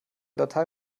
datei